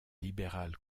libéral